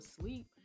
sleep